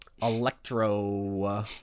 Electro